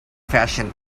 fashion